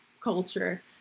culture